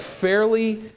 fairly